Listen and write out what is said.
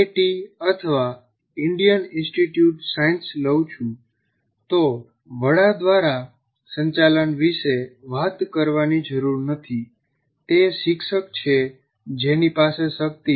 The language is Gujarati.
ટી અથવા ઇન્ડિયન ઇન્સ્ટિટ્યૂટ સાયન્સ લઉં છું તો વડા દ્વારા સંચાલન વિશે વાત કરવાની જરૂર નથી તે શિક્ષક છે જેની પાસે શક્તિ છે